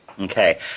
okay